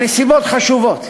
הנסיבות חשובות,